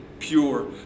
pure